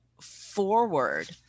forward